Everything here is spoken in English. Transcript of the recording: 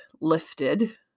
lifted